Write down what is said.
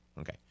Okay